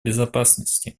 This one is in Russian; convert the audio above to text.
безопасности